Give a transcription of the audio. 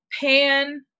pan